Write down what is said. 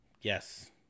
Yes